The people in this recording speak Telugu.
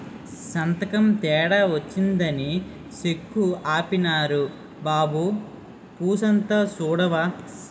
సంతకం తేడా వచ్చినాదని సెక్కు ఆపీనారు బాబూ కూసంత సూడవా